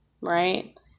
right